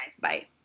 bye